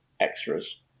extras